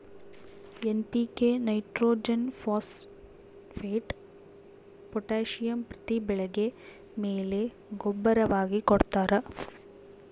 NPK nitrogen phosphate potassium ಪ್ರತಿ ಬೆಳೆಗೆ ಮೇಲು ಗೂಬ್ಬರವಾಗಿ ಕೊಡ್ತಾರ